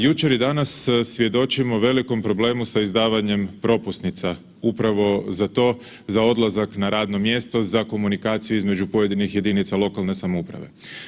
Jučer i danas svjedočimo velikom problemu sa izdavanjem propusnica, upravo za to, za odlazak na radno mjesto za komunikaciju između pojedinih jedinica lokalne samouprave.